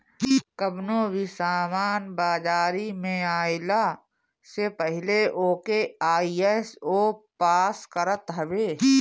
कवनो भी सामान बाजारी में आइला से पहिले ओके आई.एस.ओ पास करत हवे